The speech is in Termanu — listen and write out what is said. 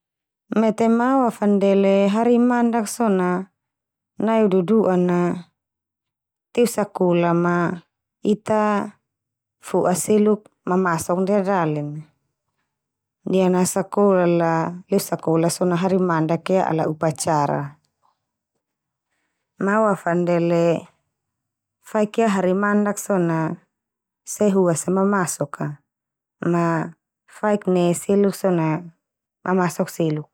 Mete ma awafandele hari mandak so na nai au dudua'na teu sakola ma ita fo'a seluk mamasok ndia dalen na. Niana sakola la leu sakolah so na hari mandak ia ala upacara, ma awafandele faik ia hari mandak so na se huas sa mamasok a. Ma faik ne seluk so na mamasok seluk.